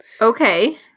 Okay